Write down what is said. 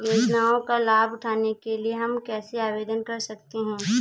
योजनाओं का लाभ उठाने के लिए हम कैसे आवेदन कर सकते हैं?